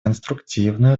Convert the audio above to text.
конструктивную